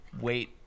wait